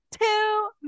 two